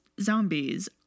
zombies